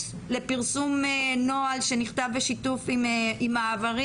זמנים לפרסום נוהל שנכתב בשיתוף עם מעברים